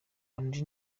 undi